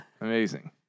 Amazing